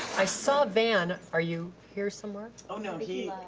i saw van. are you here somewhere? oh no. he